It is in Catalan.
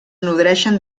nodreixen